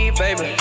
baby